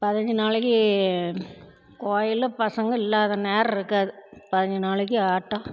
பதினஞ்சு நாளைக்கு கோயில்ல பசங்க இல்லாத நேரமிருக்காது பதினஞ்சு நாளைக்கு ஆட்டம்